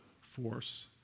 force